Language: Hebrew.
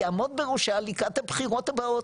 יעמוד בראשה לקראת הבחירות הבאות.